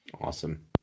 Awesome